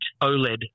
OLED